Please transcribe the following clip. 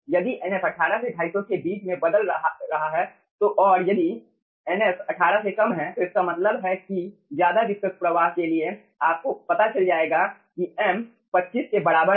यदि Nf 18 से 250 के बीच में बदलता रहा है और यदि Nf 18 से कम है तो इसका मतलब है कि ज्यादा विस्कस प्रवाह के लिए आपको पता चल जाएगा कि m 25 के बराबर है